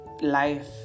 life